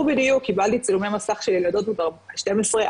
בדיוק קיבלתי צילומי מסך של ילדות בנות 12,